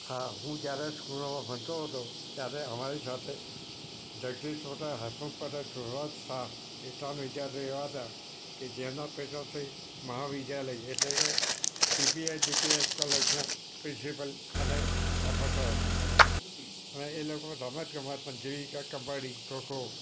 હા હું ક્યારે સ્કૂલમાં ભણતો હતો ત્યારે અમારી સાથે જગદીશ સોઢા હસમુખ પટેલ સુભાષ શાહ એ ત્રણ વિદ્યાર્થી એવાં હતાં કે જેના પૈસાથી મારા વિઝા લઈ એટલે કે સીપીએલડીપીએલ કોલેજમાં પ્રિન્સીપલ અને પ્રોફેસર હતા હવે એ લોકો રમતગમતમાં જેવી કે કબડ્ડી ખોખો